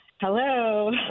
Hello